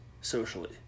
socially